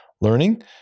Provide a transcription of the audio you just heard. learning